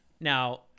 now